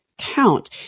Count